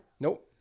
Nope